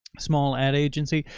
small ad agency.